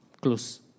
close